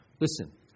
listen